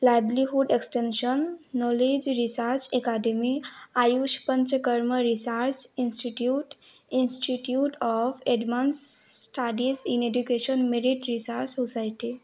livelihood extension knowledge research academy Ayush Panchakarma research institute institute of advanced studies in education merit research society